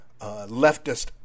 leftist